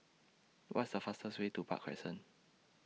What's The fastest Way to Park Crescent